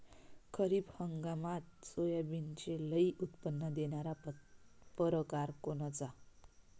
खरीप हंगामात सोयाबीनचे लई उत्पन्न देणारा परकार कोनचा?